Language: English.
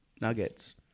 nuggets